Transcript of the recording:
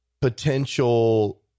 potential